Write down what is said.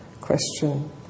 question